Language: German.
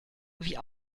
wie